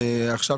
עכשיו,